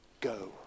go